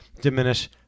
diminish